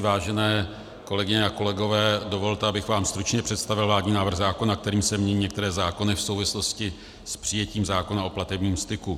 Vážené kolegyně a kolegové, dovolte, abych vám stručně představil vládní návrh zákona, kterým se mění některé zákony v souvislosti s přijetím zákona o platebním styku.